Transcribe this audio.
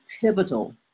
pivotal